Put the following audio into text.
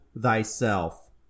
thyself